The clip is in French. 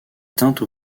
teinte